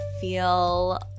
feel